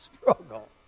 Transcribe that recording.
struggle